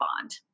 bond